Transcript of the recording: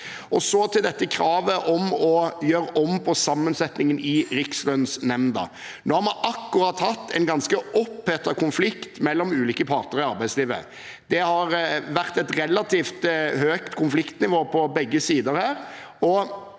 Så til dette kravet om å gjøre om på sammensetningen i Rikslønnsnemnda: Nå har vi akkurat hatt en ganske opphetet konflikt mellom ulike parter i arbeidslivet. Det har vært et relativt høyt konfliktnivå på begge sider,